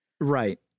right